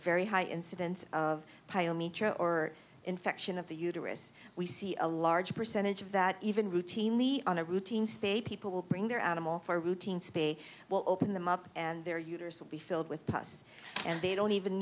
very high incidence of pyometra or infection of the uterus we see a large percentage of that even routinely on a routine spay people bring their animal for routine spay will open them up and their uterus will be filled with pus and they don't even